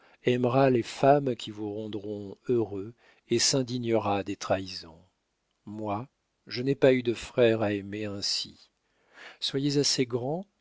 les femmes qui vous rendront heureux et s'indignera des trahisons moi je n'ai pas eu de frère à aimer ainsi soyez assez grand